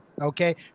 Okay